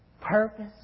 purpose